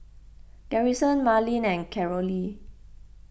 Garrison Marlen and Carolee